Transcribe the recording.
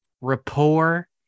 rapport